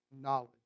knowledge